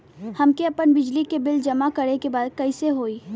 हमके आपन बिजली के बिल जमा करे के बा कैसे होई?